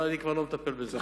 אבל אני כבר לא מטפל בזה.